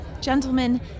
Gentlemen